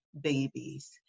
babies